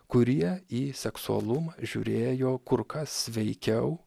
kurie į seksualumą žiūrėjo kur kas sveikiau